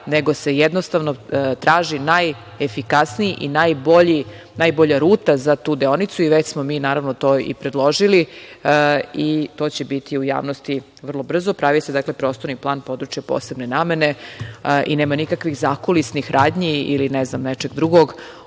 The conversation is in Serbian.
nego se jednostavno traži najefikasniji i najbolja ruta za tu deonicu i već smo mi naravno to i predložili i to će biti u javnosti vrlo brzo. Pravi se prostorni plan područja posebne namene i nema nikakvih zakulisnih radnji ili ne znam nečeg drugog.